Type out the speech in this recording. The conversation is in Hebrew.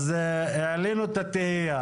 מר פינדרוס, גם על בניין ריק משלמים